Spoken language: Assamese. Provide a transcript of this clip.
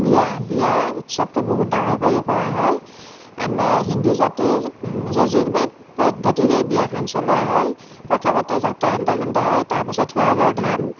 বিয়া বিয়াৰ উৎসৱটো বহুত ডাঙৰ কৰি কৰা হয় আমাৰ হিন্দু জাতিৰ যজুৰবেদ পদ্ধতিৰে বিয়াখন চলোৱা হয় প্ৰথমতে যাত্ৰা হন্তা খন্দা হয় তাৰ পিছত থোৱাগৰ ধান